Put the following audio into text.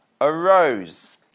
arose